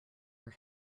are